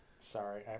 Sorry